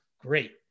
Great